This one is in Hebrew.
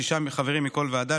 שישה חברים מכל ועדה,